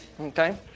Okay